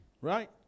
Right